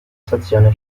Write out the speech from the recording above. stazione